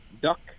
duck